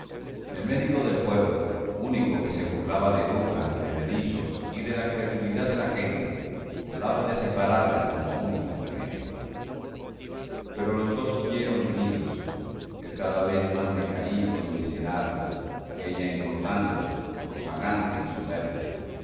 el médico del pueblo único que se burlaba de brujas bebedizos y de la credulidad de la gente hablaba de separarles como único remedio pero los dos siguieron unidos él cada vez más decaído y miserable ella engordando rozagante y soberbia